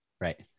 right